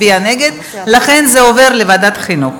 הנושא הועבר לוועדת החינוך.